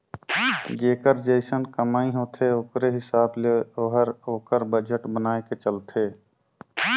जेकर जइसन कमई होथे ओकरे हिसाब ले ओहर ओकर बजट बनाए के चलथे